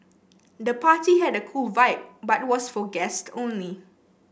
the party had a cool vibe but was for guests only